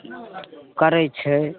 करै छै